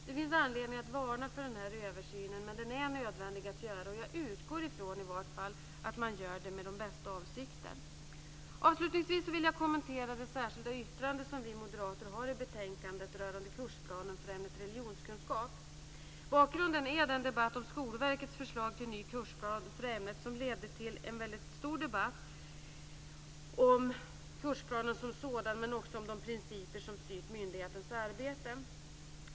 Det finns anledning att varna för denna översyn, men den är nödvändig att göra. Jag utgår i vart fall ifrån att man gör den med de bästa avsikter. Avslutningsvis vill jag kommentera det särskilda yttrande som vi moderater har i betänkandet rörande kursplanen för ämnet religionskunskap. Bakgrunden är den debatt om Skolverkets förslag till ny kursplan för ämnet som ledde till en väldigt stor debatt om kursplanen som sådan, men också om de principer som har styrt myndighetens arbete.